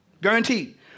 Guaranteed